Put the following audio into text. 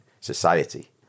society